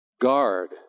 guard